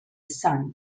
son